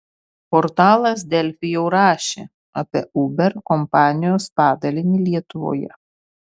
portalas delfi jau rašė apie uber kompanijos padalinį lietuvoje